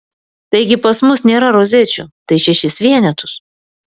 taigi pas mus nėra rozečių tai šešis vienetus